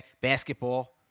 Basketball